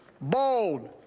bold